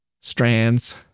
strands